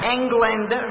England